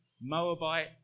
Moabite